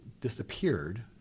disappeared